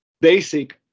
basic